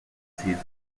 sees